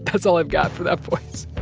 that's all i've got for that voice.